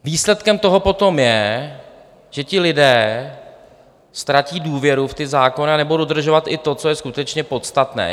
Výsledkem toho potom je, že lidé ztratí důvěru v zákony a nebudou dodržovat ani to, co je skutečně podstatné.